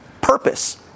purpose